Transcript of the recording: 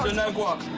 ah no guac.